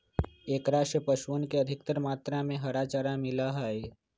एकरा से पशुअन के अधिकतर मात्रा में हरा चारा मिला हई